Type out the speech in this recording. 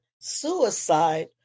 suicide